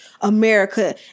America